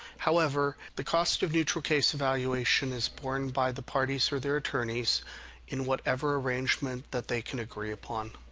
however. the cost of neutral case evaluation is borne by the parties or their attorneys in whatever arrangement that they can agree upon.